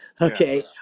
Okay